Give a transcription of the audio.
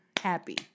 happy